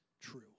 true